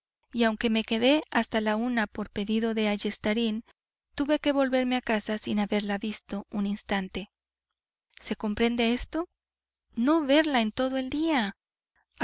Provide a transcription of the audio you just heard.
y aunque me quedé hasta la una por pedido de ayestarain tuve que volverme a casa sin haberla visto un instante se comprende esto no verla en todo el día